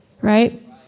right